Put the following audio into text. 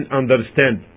understand